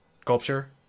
sculpture